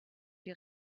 die